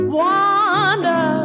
wander